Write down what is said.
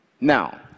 Now